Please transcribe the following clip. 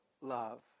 love